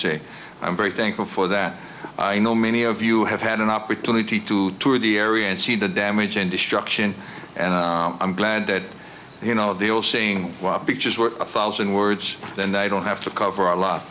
say i'm very thankful for that i know many of you have had an opportunity to tour the area and see the damage and destruction and i'm glad that you know the old saying wow picture's worth a thousand words and i don't have to cover a lot